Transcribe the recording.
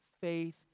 faith